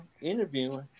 interviewing